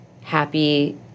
happy